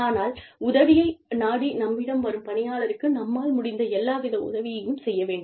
ஆனால் உதவியை நாடி நம்மிடம் வரும் பணியாளருக்கு நம்மால் முடிந்த எல்லா வித உதவியையும் செய்ய வேண்டும்